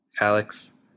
Alex